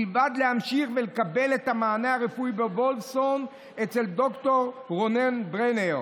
ובלבד שימשיכו לקבל את המענה הרפואי בוולפסון אצל ד"ר רונן ברנר.